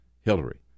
Hillary